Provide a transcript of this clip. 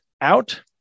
out